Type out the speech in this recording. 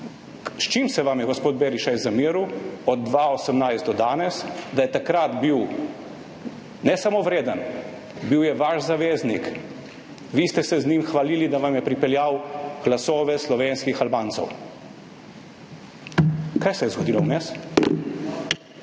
čim se vam je gospod Berishaj zameril od 2018 do danes, da je takrat bil ne samo vreden, bil je vaš zaveznik, vi ste se z njim hvalili, da vam je pripeljal glasove slovenskih Albancev. Kaj se je zgodilo vmes?